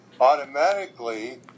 automatically